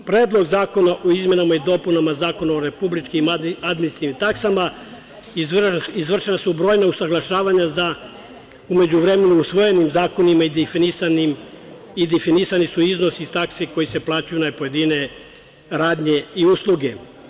Predlogom zakona o izmenama i dopunama Zakona o republičkim administrativnim taksama izvršena su brojna usaglašavanja sa u međuvremenom usvojenim zakonima i definisani su iznosi iz taksi koje se plaćaju na pojedine radnje i usluge.